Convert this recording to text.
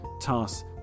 tasks